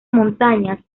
montañas